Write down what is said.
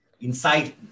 inside